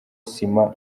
sima